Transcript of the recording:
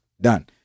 Done